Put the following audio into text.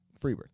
Freebird